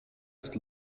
ist